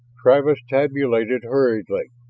travis tabulated hurriedly.